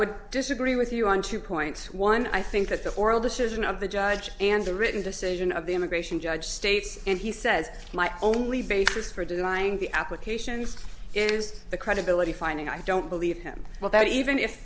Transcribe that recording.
would disagree with you on two points one i think that the the oral susan of the judge and the written decision of the immigration judge states and he says my only basis for denying the applications is the credibility finding i don't believe him well that even if